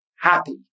happy